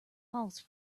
false